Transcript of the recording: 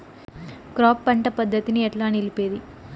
Crop పంట పద్ధతిని ఎట్లా నిలిపేది?